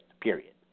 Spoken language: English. period